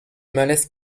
malaise